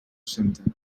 senten